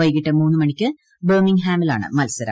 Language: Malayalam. വൈകിട്ട് മൂന്ന് മണിക്ക് ബർമിംഗ്ഹാമിലാണു മൽസരം